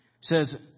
says